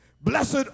Blessed